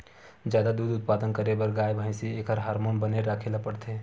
जादा दूद उत्पादन करे बर गाय, भइसी एखर हारमोन बने राखे ल परथे